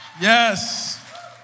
Yes